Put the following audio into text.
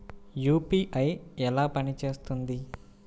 UPI ఎలా పనిచేస్తుంది?